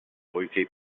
poiché